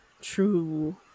true